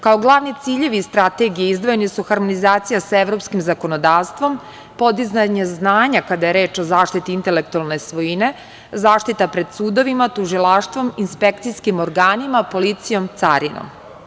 Kao glavni ciljevi strategije su izdvojeni harmonizacija sa evropskim zakonodavstvom, podizanje znanja kada je reč o zaštiti intelektualne svojine, zaštita pred sudovima, tužilaštvom, inspekcijskim organima, policijom, carinom.